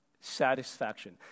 satisfaction